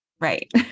Right